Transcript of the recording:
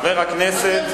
תתביישו לכם.